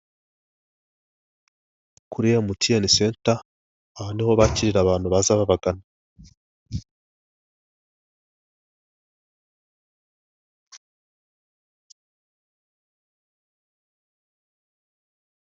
Kuri MTN center, aha niho bakirira abantu baza babagana.